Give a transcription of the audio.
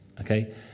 Okay